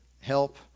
help